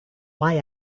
why